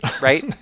right